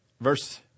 verse